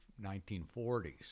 1940s